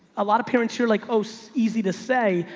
a lot of parents who are like, oh, so easy to say,